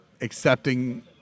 accepting